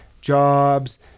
jobs